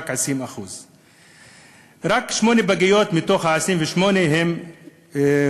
רק 20%. רק שמונה פגיות מתוך ה-28 הן ממוגנות.